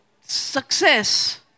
success